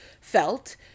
felt